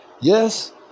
Yes